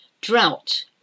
Drought